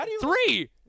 three